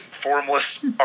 formless